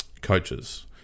coaches